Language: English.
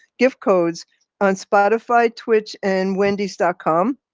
gift codes on spotify twitch and wendys dot com